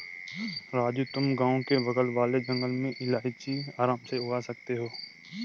राजू तुम गांव के बगल वाले जंगल में इलायची आराम से उगा सकते हो